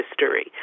history